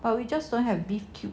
but we just don't have beef cube